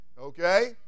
okay